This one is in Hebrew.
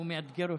הוא מאתגר אותך.